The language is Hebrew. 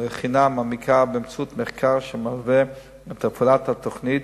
בחינה מעמיקה באמצעות מחקר שמלווה את הפעלת התוכנית,